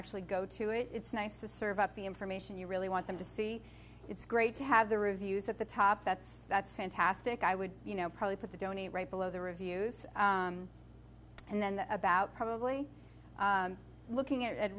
actually go to it it's nice to serve up the information you really want them to see it's great to have the reviews at the top that's that's fantastic i would you know probably put the donate right below the reviews and then about probably looking at